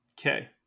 Okay